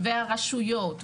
והרשויות,